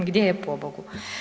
Gdje je pobogu?